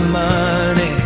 money